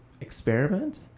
experiment